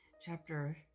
chapter